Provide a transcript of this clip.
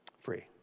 Free